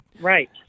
right